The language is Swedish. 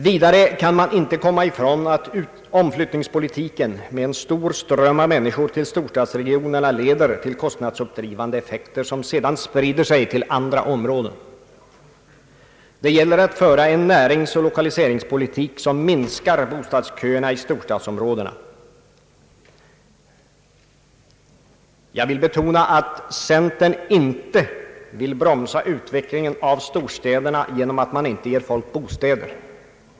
Vidare kan man inte komma ifrån att omflyttningspolitiken med en stor ström av människor till storstadsregionerna leder till kostnadsuppdrivande effekter, som sedan sprider sig till andra områden. Det gäller att föra en näringsoch = lokaliseringspolitik som minskar bostadsköerna i storstadsområdena. Jag vill betona att centern inte önskar bromsa utvecklingen av storstäderna genom att man inte ger folk bostäder.